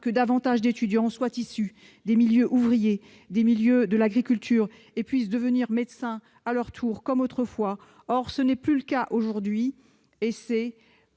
que davantage d'étudiants issus des milieux ouvriers ou de l'agriculture puissent devenir médecins à leur tour, comme autrefois, car ce n'est plus le cas aujourd'hui. C'est